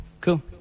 Cool